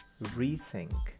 rethink